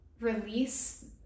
release